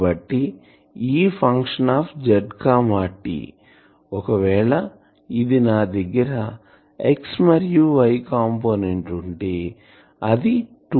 కాబట్టి Ez t ఒకవేళ ఇది నా దగ్గర x మరియు y కంపోనెంట్ ఉంటే అది 2 డైమెన్షనల్ అవుతుంది